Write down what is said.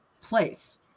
place